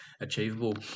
achievable